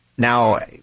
Now